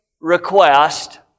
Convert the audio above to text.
request